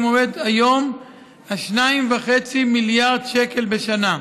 עומד היום על 2.5 מיליארד שקל בשנה.